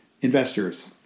investors